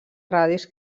radis